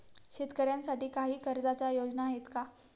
शेतकऱ्यांसाठी काही कर्जाच्या योजना आहेत का?